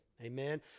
amen